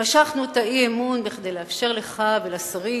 משכנו את האי-אמון כדי לאפשר לך ולשרים